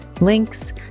links